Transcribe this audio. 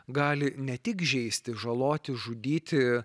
gali ne tik žeisti žaloti žudyti